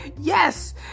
yes